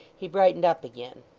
he brightened up again.